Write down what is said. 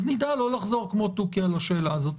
אז נדע לא לחזור כמו תוכי על השאלה הזו.